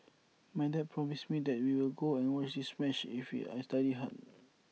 my dad promised me that we will go and watch this match if I studied hard